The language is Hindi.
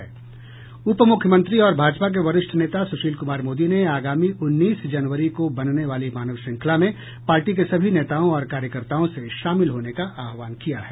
उप मुख्यमंत्री और भाजपा के वरिष्ठ नेता सुशील कुमार मोदी ने आगामी उन्नीस जनवरी को बनने वाली मानव श्रृंखला में पार्टी के सभी नेताओं और कार्यकर्ताओं से शामिल होने का आहवान किया है